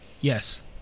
Yes